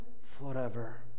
forever